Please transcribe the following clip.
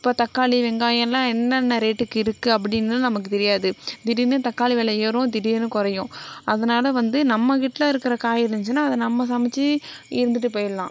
இப்போ தக்காளி வெங்காயமெல்லாம் என்னென்ன ரேட்டுக்கு இருக்கு அப்படின்னு நமக்கு தெரியாது திடீர்னு தக்காளி வெலை ஏறும் திடீர்னு குறையும் அதனால வந்து நம்ம கிட்ட இருக்கிற காய் இருந்துச்சுனா அதை நம்ம சமைச்சி இருந்துவிட்டு போயிடலாம்